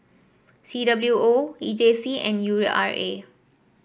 C W O E J C and U R A